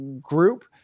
group